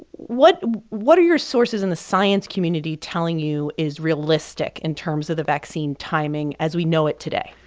what what are your sources in the science community telling you is realistic in terms of the vaccine timing as we know it today?